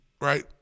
right